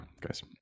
guys